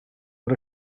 bod